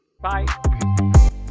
bye